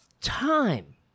time